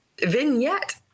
vignette